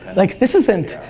like, this isn't,